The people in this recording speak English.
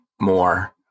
more